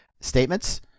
statements